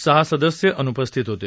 सहा सदस्य अनुपस्थित होते